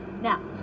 Now